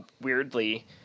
weirdly